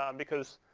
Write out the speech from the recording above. um because,